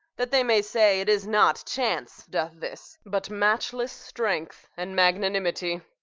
that they may say, it is not chance doth this, but matchless strength and magnanimity?